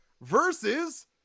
versus